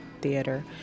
theater